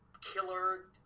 killer